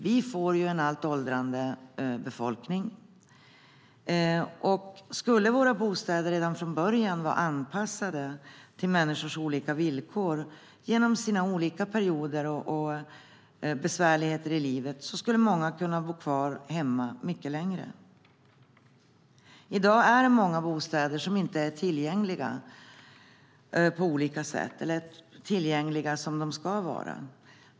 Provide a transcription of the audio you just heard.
Vi får en allt större andel äldre i befolkningen. Om våra bostäder redan från början vore anpassade till människors villkor genom olika perioder och besvärligheter i livet skulle många kunna bo kvar hemma mycket längre. I dag är många bostäder inte så tillgängliga som de ska vara.